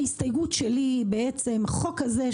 ההסתייגות שלי היא בעצם החוק הזה,